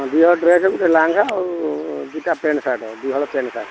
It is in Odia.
ହଁ ଦୁଇହଳ ଡ୍ରେସ୍ ଗୋଟେ ଲାଙ୍ଘା ଆଉ ଦୁଇଟା ପ୍ୟାଣ୍ଟ ସାର୍ଟ ଦୁଇହଳ ପ୍ୟାଣ୍ଟ ସାର୍ଟ